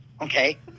okay